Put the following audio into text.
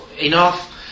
enough